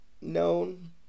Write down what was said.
known